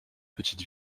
petite